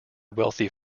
wealthy